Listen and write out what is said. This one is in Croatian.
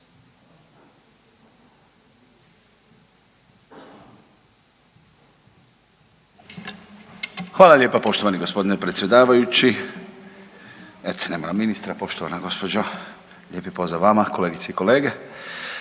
Hvala lijepa poštovani g. predsjedavajući. Eto nema nam ministra, poštovana gospođo, lijepo i pozdrav vama kolegice i kolege.